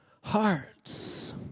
hearts